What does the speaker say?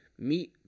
Meet